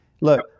look